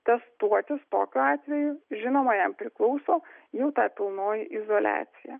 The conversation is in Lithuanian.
testuotis tokiu atveju žinoma jam priklauso jau ta pilnoji izoliacija